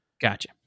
Gotcha